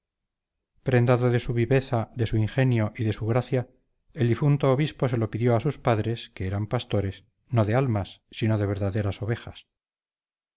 prendado de su viveza de su ingenio y de su gracia el difunto obispo se lo pidió a sus padres que eran pastores no de almas sino de verdaderas ovejas